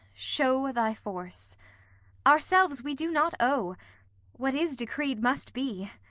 show thy force ourselves we do not owe what is decreed must be,